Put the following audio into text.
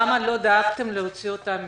למה לא דאגתם להוציא אותם מהארץ?